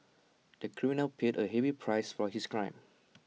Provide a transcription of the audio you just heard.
the criminal paid A heavy price for his crime